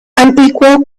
unequal